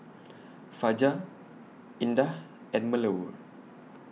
Fajar Indah and Melur